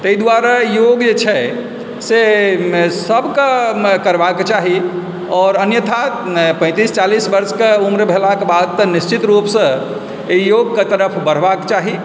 तैं दुआरे योग जे छै से सबकऽ करबाक चाही आओर अन्यथा पैन्तीस चालीस वर्षक उम्र भेला के बाद निश्चित रूपसँ योगके तरफ बढ़बाक चाही